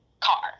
car